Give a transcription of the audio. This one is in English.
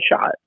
shot